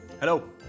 Hello